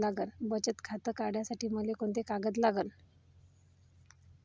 बचत खातं काढासाठी मले कोंते कागद लागन?